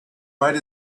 might